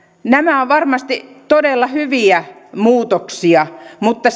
nämä ovat varmasti todella hyviä muutoksia mutta